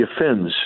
offends